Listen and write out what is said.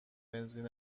بنزین